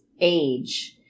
age